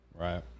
Right